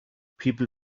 people